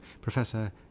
Professor